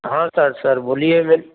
हाँ sir sir बोलिए मैं